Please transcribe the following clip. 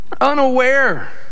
unaware